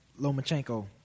Lomachenko